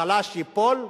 החלש ייפול,